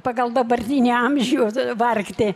pagal dabartinį amžių vargti